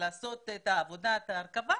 לעשות את עבודת ההרכבה,